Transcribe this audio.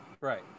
right